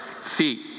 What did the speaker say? feet